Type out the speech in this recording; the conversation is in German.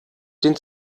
den